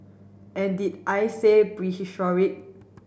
and did I say prehistoric